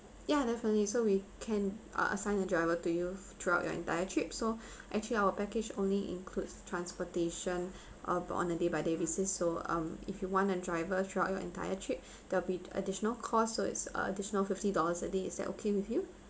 ya definitely so we can uh assign the driver to you throughout your entire trip so actually our package only includes transportation uh on a day by day basis so um if you want a driver throughout your entire trip there'll be additional cost so it's additional fifty dollars a day is that okay with you